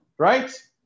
right